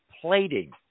plating